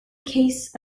case